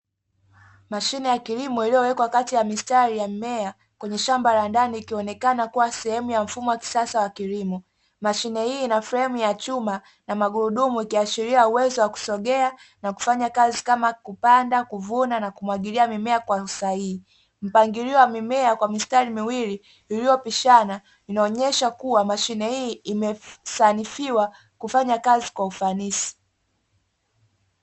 Mashine ya kilimo iliyowekwa kati ya mistari ya mimea kwenye shamba la ndani ikionekana kuwa sehemu ya mfumo wa kisasa wa kilimo, mashine hii ina fremu ya chuma na magurudumu ikiashiria uwezo wa kusogea na kufanya kazi kama kupanda, kuvuna na kumwagilia mimea kwa usahihi. Mpangilio wa mimea kwa mistari miwili iliyopishana inaonesha kuwa mashine hii imesanifiwa kufanya kazi kwa ufanisi.